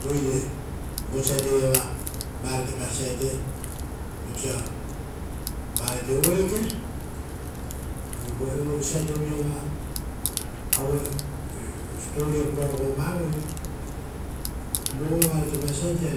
Oire vaoiava riako oupa varata reoreoa purasa aueparai oisio; oia